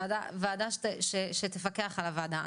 וועדה שתפקח על הוועדה.